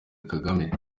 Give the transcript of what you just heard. kagame